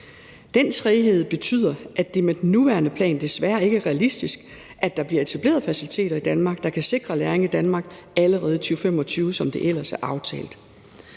Den træghed betyder, at det med den nuværende plan desværre ikke er realistisk, at der bliver etableret faciliteter i Danmark, der kan sikre lagring i Danmark allerede i 2025, som det ellers er aftalt.